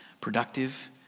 productive